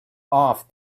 off